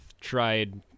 tried